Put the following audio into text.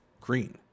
green